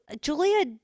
Julia